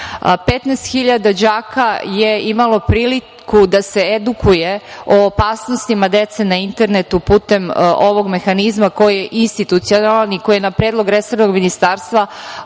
hiljada đaka je imalo priliku da se edukuje o opasnostima dece na internetu putem ovog mehanizma koji je institucionalan i koji je na predlog resornog ministarstva